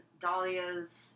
Dahlia's